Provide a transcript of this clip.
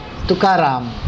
Tukaram